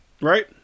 right